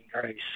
grace